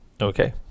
Okay